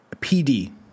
PD